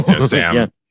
Sam